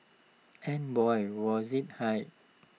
and boy was IT high